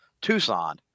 tucson